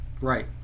Right